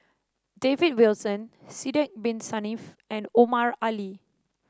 David Wilson Sidek Bin Saniff and Omar Ali